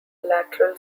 lateral